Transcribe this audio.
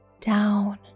down